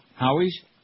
Howie's